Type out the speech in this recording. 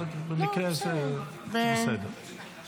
אבל במקרה הזה --- תודה,